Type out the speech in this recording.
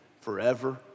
forever